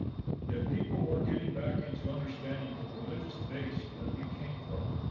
if people were getting back into understanding the religious base that we came from.